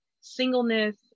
singleness